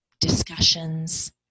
discussions